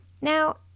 Now